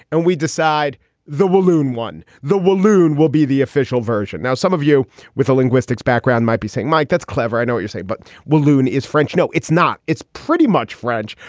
and we decide the balloon won. the walloon will be the official version. now, some of you with a linguistics background might be saying, mike, that's clever. i know you say, but walloon is french. no, it's not. it's pretty much french,